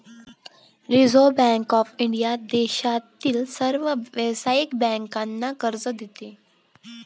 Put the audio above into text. reserve bank of India देशातील सर्व व्यावसायिक बँकांना कर्ज देते